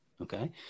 Okay